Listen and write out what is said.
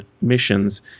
missions